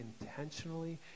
intentionally